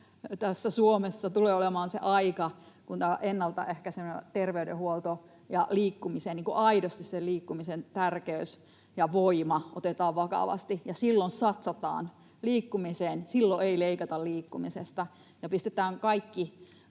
Suomessa tulee olemaan se aika, kun ennalta ehkäisevä terveydenhuolto ja liikkumisen tärkeys ja voima aidosti otetaan vakavasti. Silloin satsataan liikkumiseen. Silloin ei leikata liikkumisesta.